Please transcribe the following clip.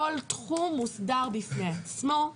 כל תחום מוסדר בפני עצמו.